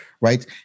right